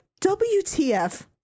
WTF